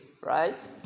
Right